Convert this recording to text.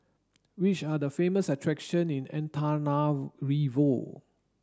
which are the famous attractions in Antananarivo